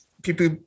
People